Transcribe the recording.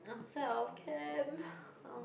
outside of camp